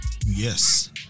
Yes